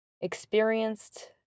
experienced